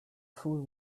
fool